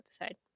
episode